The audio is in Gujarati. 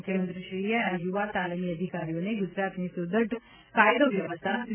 મુખ્યમંત્રીશ્રીએ આ યુવા તાલીમી અધિકારીઓને ગુજરાતની સુદ્રઢ કાયદો વ્યવસ્થા સી